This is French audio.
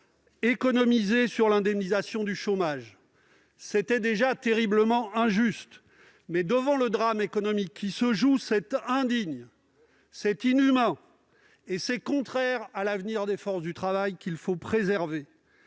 économiser sur l'indemnisation du chômage. C'était déjà terriblement injuste, mais, devant le drame économique qui se joue, c'est indigne, c'est inhumain et c'est contraire à l'avenir des forces du travail, qu'il faut préserver.